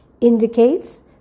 indicates